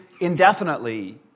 indefinitely